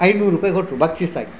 ಐನೂರು ರೂಪಾಯಿ ಕೊಟ್ರು ಬಕ್ಷೀಸಾಗಿ